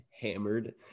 hammered